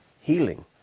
healing